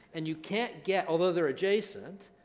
and you can't get, although they're adjacent,